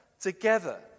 together